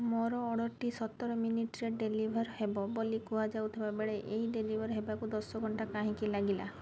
ମୋର ଅର୍ଡ଼ର୍ଟି ସତର ମିନିଟ୍ରେ ଡ଼େଲିଭର୍ ହେବ ବୋଲି କୁହାଯାଇଥିବା ବେଳେ ଏହା ଡ଼େଲିଭର୍ ହେବାକୁ ଦଶ ଘଣ୍ଟା କାହିଁକି ଲାଗିଲା